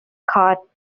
cut